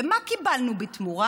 ומה קיבלנו בתמורה?